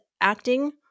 acting